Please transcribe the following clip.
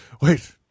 Wait